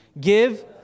Give